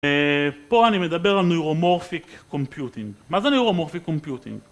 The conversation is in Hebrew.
פה אני מדבר על Neuromorphic Computing מה זה Neuromorphic Computing?